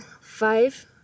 five